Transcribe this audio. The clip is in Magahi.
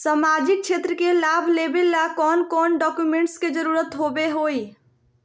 सामाजिक क्षेत्र के लाभ लेबे ला कौन कौन डाक्यूमेंट्स के जरुरत होबो होई?